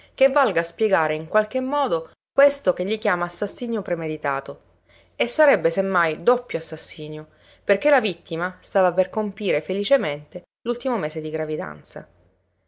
che valga a spiegare in qualche modo questo ch'egli chiama assassinio premeditato e sarebbe se mai doppio assassinio perché la vittima stava per compire felicemente l'ultimo mese di gravidanza